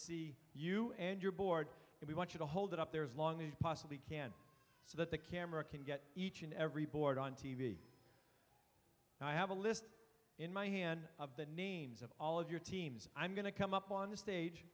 see you and your board and we want you to hold it up there as long as you possibly can so that the camera can get each and every board on t v and i have a list in my hand of the names of all of your teams i'm going to come up on the stage